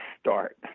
start